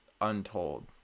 untold